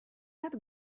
bat